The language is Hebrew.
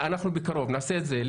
אנחנו בקרוב נעשה את זה.